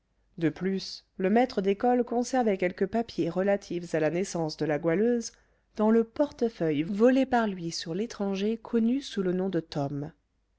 de plus le maître d'école conservait quelques papiers relatifs à la naissance de la goualeuse dans le portefeuille volé par lui sur l'étranger connu sous le nom de tom